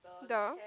the